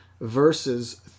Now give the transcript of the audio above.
verses